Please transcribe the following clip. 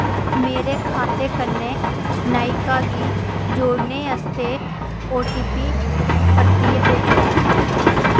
मेरे खाते कन्नै नायका गी जोड़ने आस्तै ओटीपी परतियै भेजो